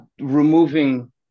removing